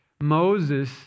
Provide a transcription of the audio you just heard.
Moses